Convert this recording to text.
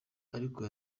ariko